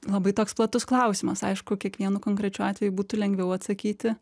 labai toks platus klausimas aišku kiekvienu konkrečiu atveju būtų lengviau atsakyti